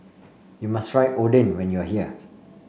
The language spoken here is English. you must try Oden when you are here